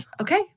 okay